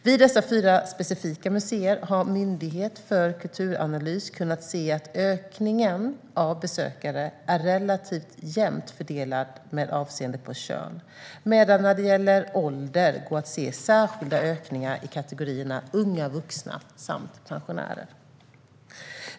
Vid dessa fyra specifika museer har Myndigheten för kulturanalys kunnat se att ökningen av besökare är relativt jämnt fördelad med avseende på kön medan det när det gäller ålder går att se särskilda ökningar i kategorierna unga vuxna samt pensionärer.